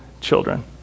children